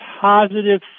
positive